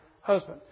husband